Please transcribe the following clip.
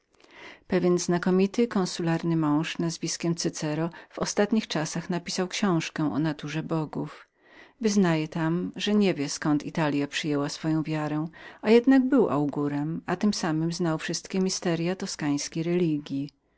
pewiempewien znakomity konsularny mąż nazwiskiem cycero w ostatnich czasach napisał książkę o naturze bogów wyznaje tam że nie wie zkąd italia przyjęła swoją wiarę a jednak był wieszczkiem a tem samem wiedzącym o wszystkich tajemnicach religji